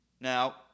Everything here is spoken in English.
Now